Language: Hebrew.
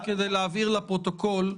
כדי להבהיר לפרוטוקול,